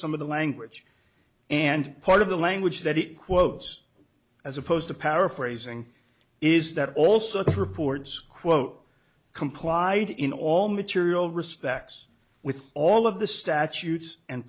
some of the language and part of the language that it quotes as opposed to paraphrasing is that also the reports quote complied in all material respects with all of the statutes and